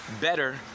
better